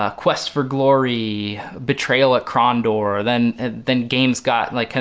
ah quest for glory, betrayal at krondor. then then games got, like kind